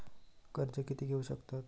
कर्ज कीती घेऊ शकतत?